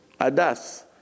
adas